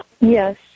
Yes